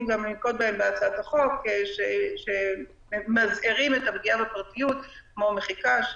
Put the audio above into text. בהצעת החוק שממזערים את הפגיעה בפרטיות כמו מחיקה,